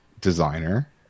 designer